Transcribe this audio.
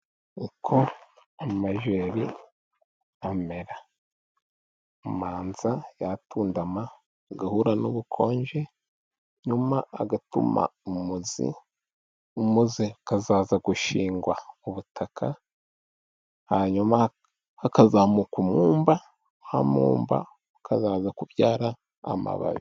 Uko amajeri amera, abanza yatundama agahura n'ubukonje, nyuma agatuma umuzi, umuzi ukazaza gushingwa mu butaka, hanyuma hakazamuka umwumba, wa mwumba ukazaza kubyara amababi.